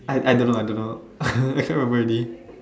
I I I don't know I don't know I cannot remember already